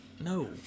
No